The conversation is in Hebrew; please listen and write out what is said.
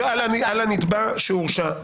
"על הנתבע שהורשע".